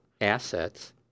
assets